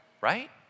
right